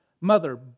mother